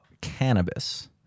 cannabis